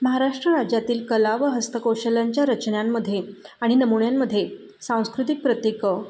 महाराष्ट्र राज्यातील कला व हस्तकौशल्यांच्या रचनांमध्ये आणि नमुन्यांमध्ये सांस्कृतिक प्रतिकं